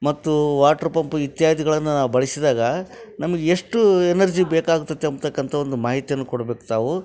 ಮತ್ತು water pump ಇತ್ಯಾದಿಗಳನ್ನು ನಾವು ಬಳಸಿದಾಗ ನಮಗೆ ಎಷ್ಟು ಎನರ್ಜಿ ಬೇಕಾಗತ್ತೆ ಅಂತಕ್ಕಂಥ ಒಂದು ಮಾಹಿತಿಯನ್ನು ಕೊಡ್ಬೇಕು ತಾವು